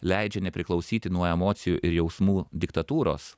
leidžia nepriklausyti nuo emocijų ir jausmų diktatūros